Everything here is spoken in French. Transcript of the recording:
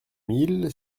mille